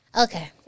Okay